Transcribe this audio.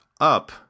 up